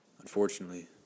Unfortunately